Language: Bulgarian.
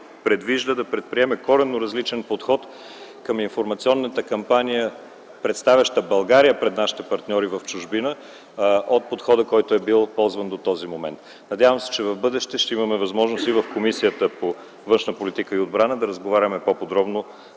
предвижда да предприеме подход към информационната кампания, представяща България пред нашите партньори в чужбина, коренно различен от подхода, който е бил ползван до този момент. Надявам се в бъдеще да имаме възможност и в Комисията по външна политика и отбрана да разговаряме по подробно